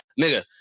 Nigga